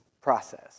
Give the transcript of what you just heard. process